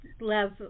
love